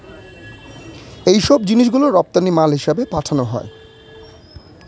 এইসব জিনিস গুলো রপ্তানি মাল হিসেবে পাঠানো হয়